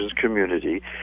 community